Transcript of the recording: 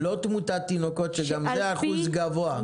לא תמותת תינוקות שגם זה אחוז גבוה.